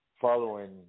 following